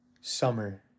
Summer